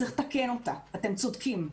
צריך לתקן אותה, אתם צודקים.